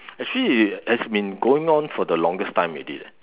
actually it's been going for the longest time already leh